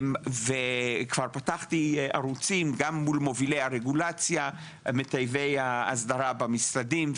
כבר פתחתי ערוצים מול מובילי הרגולציה ומטייבי האסדרה במשרדים,